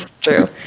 True